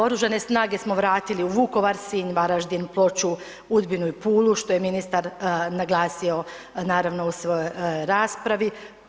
Oružane snage smo vratili u Vukovar, Sinj, Varaždin, Ploče, Udbinu i Pulu, što je ministar naglasio naravno u svojoj raspravi.